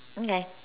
okay